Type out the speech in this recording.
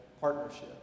partnership